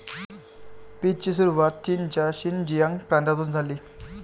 पीचची सुरुवात चीनच्या शिनजियांग प्रांतातून झाली